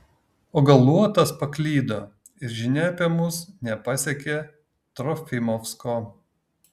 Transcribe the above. o gal luotas paklydo ir žinia apie mus nepasiekė trofimovsko